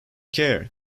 care